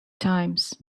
times